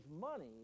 money